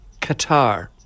Qatar